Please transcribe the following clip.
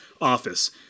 office